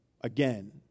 again